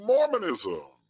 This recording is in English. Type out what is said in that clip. Mormonism